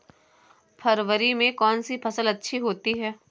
फरवरी में कौन सी फ़सल अच्छी होती है?